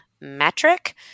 metric